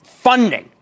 funding